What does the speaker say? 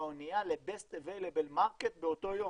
האונייה ל-best available market באותו יום.